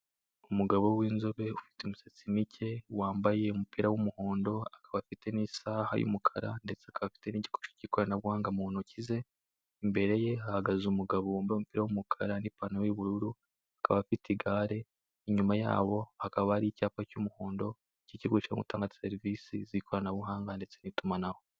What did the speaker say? Umugabo w'inzobe ufite imisatsi mike wambaye umupira w'umuhondo akaba afite n'isaha y'umukara ndetse akaba afite n'igikoresho k'ikoranabuhanga mu ntoki ze, imbere ye hahagaze umugabo wambaye umupira w'umukara n'ipantaro y'ubururu akaba afite igare, inyuma yabo hakaba hari icyapa cy'umuhondo k'ikigo gishinzwe gutanga serivisi z'ikoranabuhanga ndetse n'itumanaho.